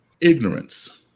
Ignorance